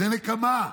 זאת נקמה,